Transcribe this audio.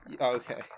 okay